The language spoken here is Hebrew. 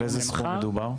על איזה סכום מדובר?